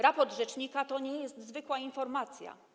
Raport rzecznika to nie jest zwykła informacja.